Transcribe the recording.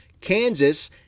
Kansas